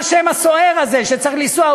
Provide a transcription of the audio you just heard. אבל מה אשם הסוהר הזה שצריך לנסוע?